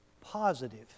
positive